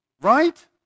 right